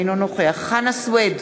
אינו נוכח חנא סוייד,